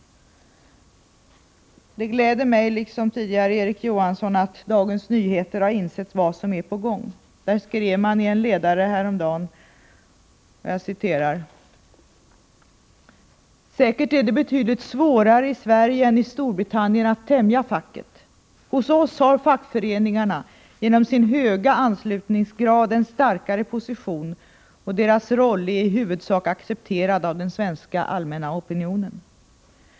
Det gläder mig — liksom tidigare Erik Johansson — att Dagens Nyheter har insett vad som är på gång. Där skrev man häromdagen i en ledare: ”Säkert är det betydligt svårare i Sverige än i Storbritannien att tämja facket. Hos oss har fackföreningarna genom sin höga anslutningsgrad en starkare position och deras roll är i huvudsak accepterad av den allmänna opinionen.